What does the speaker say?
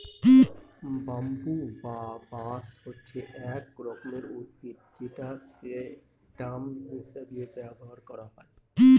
bamboo বা বাঁশ হচ্ছে এক রকমের উদ্ভিদ যেটা স্টেম হিসেবে ব্যবহার করা হয়